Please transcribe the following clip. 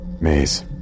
maze